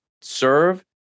serve